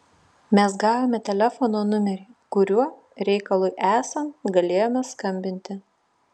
mes gavome telefono numerį kuriuo reikalui esant galėjome skambinti